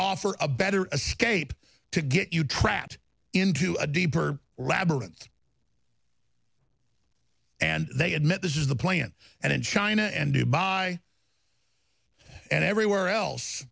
offer a better scape to get you trapped into a deeper labyrinth and they admit this is the plan and in china and dubai and everywhere else